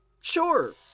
Sure